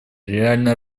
реально